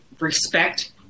respect